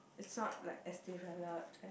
it's not like as developed